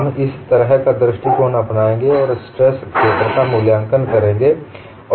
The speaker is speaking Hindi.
हम इस तरह का दृष्टिकोण अपनाएंगे और स्ट्रेस क्षेत्र का मूल्यांकन करेंगे